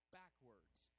backwards